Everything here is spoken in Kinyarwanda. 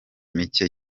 mike